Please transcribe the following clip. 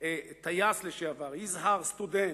טייס לשעבר, יזהר, סטודנט,